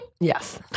Yes